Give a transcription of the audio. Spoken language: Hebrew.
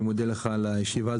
אני מודה לך על הישיבה,